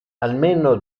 almeno